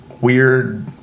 weird